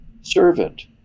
servant